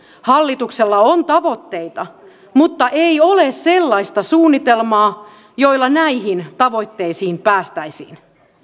hallituksella on tavoitteita mutta ei ole sellaista suunnitelmaa jolla näihin tavoitteisiin päästäisiin